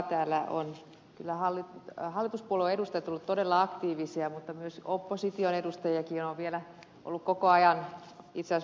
täällä ovat kyllä hallituspuolueen edustajat olleet todella aktiivisia mutta myös opposition edustajiakin on vielä ollut koko ajan itse asiassa paikallakin